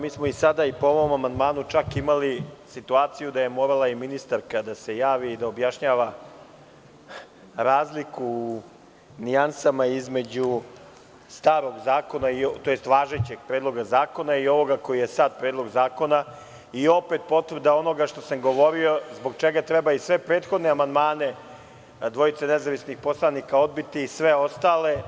Mi smo i sada i po ovom amandmanu čak imali situaciju da je morala i ministarka da se javi i da objašnjava razliku u nijansama između važećeg predloga zakona i ovoga koji je sada predlog zakona i opet potvrda onoga što sam govorio, zbog čega treba i sve prethodne amandmane dvojice nezavisnih poslanika odbiti i sve ostale.